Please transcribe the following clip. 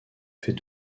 fait